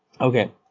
Okay